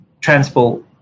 transport